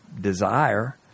desire